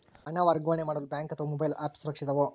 ಹಣ ವರ್ಗಾವಣೆ ಮಾಡಲು ಬ್ಯಾಂಕ್ ಅಥವಾ ಮೋಬೈಲ್ ಆ್ಯಪ್ ಸುರಕ್ಷಿತವೋ?